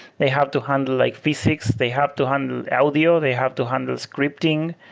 they have to handle like physics. they have to handle audio. they have to handle scripting.